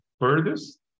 furthest